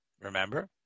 Remember